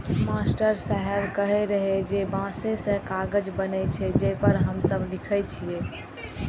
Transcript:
master साहेब कहै रहै जे बांसे सं कागज बनै छै, जे पर हम सब लिखै छियै